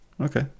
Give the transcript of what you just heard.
Okay